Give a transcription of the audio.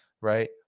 right